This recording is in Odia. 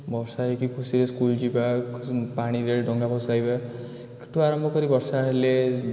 ବର୍ଷା ହୋଇକି ଖୁସିରେ ସ୍କୁଲ୍ ଯିବା ପାଣିରେ ଡଙ୍ଗା ଭସାଇବାଠୁ ଆରମ୍ଭ କରି ବର୍ଷା ହେଲେ